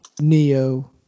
Neo